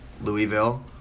Louisville